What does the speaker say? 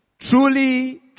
Truly